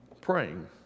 praying